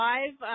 Live